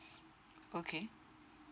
okay